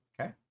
Okay